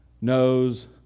knows